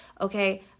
Okay